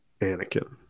anakin